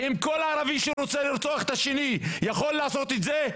אם כל ערבי שרוצה לרצוח את השני יכול לעשות את זה,